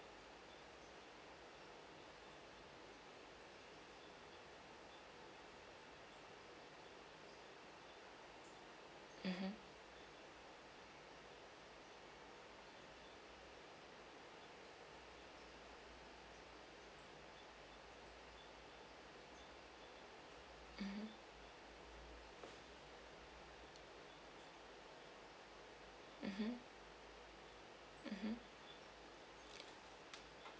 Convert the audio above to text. mmhmm mmhmm mmhmm mmhmm